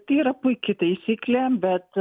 tai yra puiki taisyklė bet